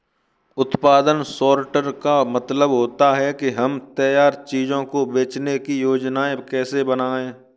उत्पादन सॉर्टर का मतलब होता है कि हम तैयार चीजों को बेचने की योजनाएं कैसे बनाएं